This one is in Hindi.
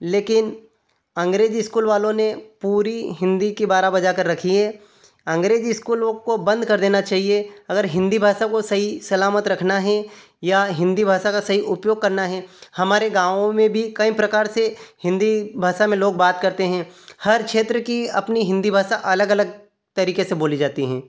लेकिन अंग्रेजी इस्कूल वालों ने पूरी हिन्दी की बारह बजाकर रखी है अंग्रेजी इस्कूलों को बंद कर देना चाहिए अगर हिन्दी भाषा को सही सलामत रखना है या हिन्दी भाषा का सही उपयोग करना है हमारे गाँवों में भी कई प्रकार से हिन्दी भाषा में लोग बात करते हैं हर क्षेत्र की अपनी हिन्दी भाषा अलग अलग तरीके से बोली जाती है